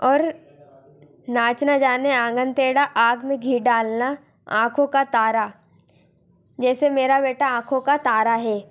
और नाच ना जाने ऑंगन टेढ़ा आग में घी डालना ऑंखों का तारा जैसे मेरा बेटा ऑंखों का तारा है